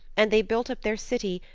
and they built up their city,